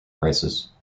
prices